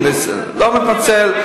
לא מתנצל.